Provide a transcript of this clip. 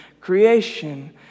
Creation